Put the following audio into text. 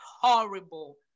horrible